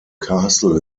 castle